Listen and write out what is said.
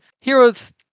heroes